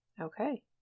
Okay